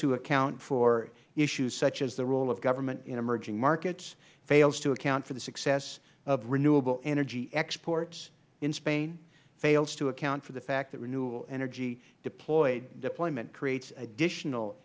to account for issues such as the role of government in emerging markets fails to account for the success of renewable energy exports in spain fails to account for the fact that renewable energy deployment creates additional